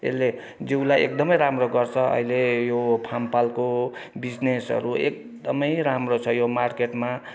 यसले जिउलाई एकदमै राम्रो गर्छ अहिले यो फामफलको बिजनेसहरू एकदमै राम्रो छ यो मार्केटमा